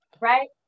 Right